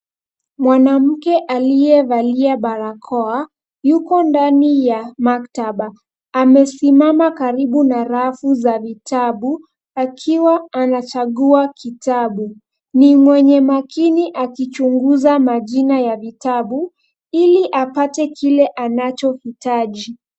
Mwanamke aliyevalia barakoa yuko ndani ya maktaba. Amesimama karibu na rafu za vitabu akiwa anachagua kitabu. Ni mwenye makini akichunguza majina ya vitabu ili apate kile anachohitaji.